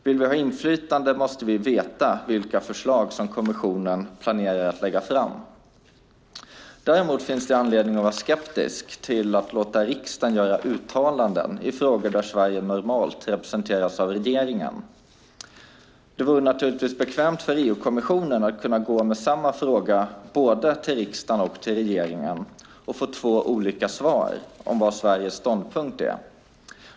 Vill vi ha inflytande måste vi veta vilka förslag som kommissionen planerar att lägga fram. Däremot finns det anledning att vara skeptisk till att låta riksdagen göra uttalanden i frågor där Sverige normalt representeras av regeringen. Det vore naturligtvis bekvämt för EU-kommissionen att kunna gå med samma fråga både till riksdagen och till regeringen och få två olika svar om vad Sveriges ståndpunkt är.